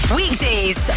weekdays